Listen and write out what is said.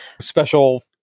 special